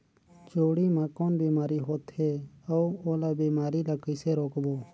जोणी मा कौन बीमारी होथे अउ ओला बीमारी ला कइसे रोकबो?